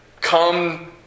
come